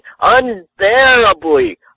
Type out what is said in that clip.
unbearably